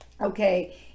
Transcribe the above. Okay